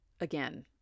again